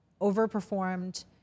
overperformed